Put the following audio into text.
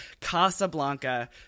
Casablanca